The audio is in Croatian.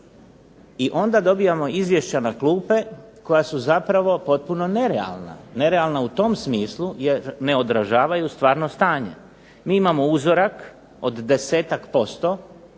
i onda dobijamo izvješća na klupe koja su zapravo potpuno nerealna, nerealna u tom smislu jer ne održavaju stvarno stanje. Mi imamo uzorak od 10-ak posto